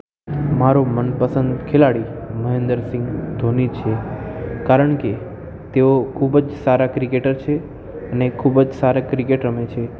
મારો મનપસંદ ખેલાડી મહેન્દ્ર સિંહ ધોની છે કારણ કે તેઓ ખૂબ જ સારા ક્રિકેટર છે અને ખૂબ જ સારી ક્રિકેટ રમે છે